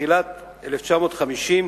בתחילת 1950,